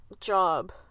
Job